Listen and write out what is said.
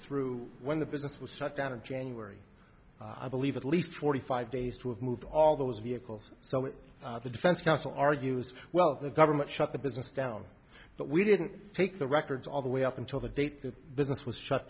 through when the business was shut down in january i believe at least forty five days to have moved all those vehicles so the defense counsel argues well the government shut the business down but we didn't take the records all the way up until the date the business was shut